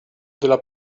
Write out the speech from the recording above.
della